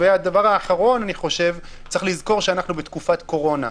והדבר האחרון, צריך לזכור שאנחנו בתקופת קורונה.